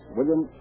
William